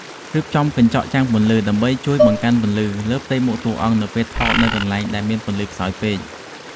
រៀបចំកញ្ចក់ចាំងពន្លឺដើម្បីជួយបង្កើនពន្លឺលើផ្ទៃមុខតួអង្គនៅពេលថតនៅកន្លែងដែលមានពន្លឺខ្សោយពេក។